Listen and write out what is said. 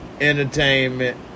entertainment